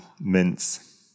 Mince